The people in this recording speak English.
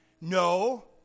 No